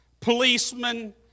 policemen